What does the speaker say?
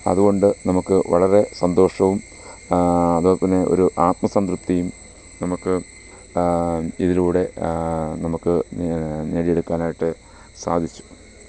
അതുകൊണ്ട് നമുക്ക് വളരെ സന്തോഷവും അതുപോലെ ഒരു ആത്മ സംതൃപ്തിയും നമുക്ക് ഇതിലൂടെ നമുക്ക് നേടിയെടുക്കാനായിട്ട് സാധിച്ചു